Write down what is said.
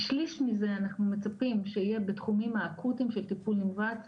שליש מזה אנחנו מצפים שיהיה בתחומים האקוטיים של טיפול נמרץ,